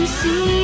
see